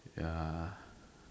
ya